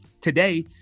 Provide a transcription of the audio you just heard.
Today